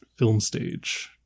filmstage